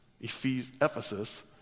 Ephesus